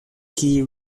key